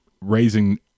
raising